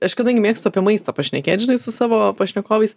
aš kadangi mėgstu apie maistą pašnekėt žinai su savo pašnekovais